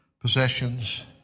possessions